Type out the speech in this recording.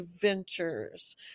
ventures